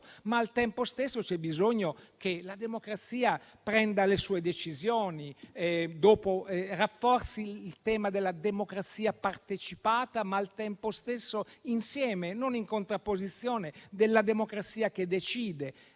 Al tempo stesso, però, c'è bisogno che la democrazia prenda le sue decisioni, rafforzi il tema della democrazia partecipata, ma al tempo stesso insieme, non in contrapposizione della democrazia che decide.